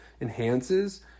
enhances